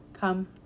Come